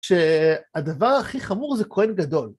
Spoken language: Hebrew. שהדבר הכי חמור זה כהן גדול.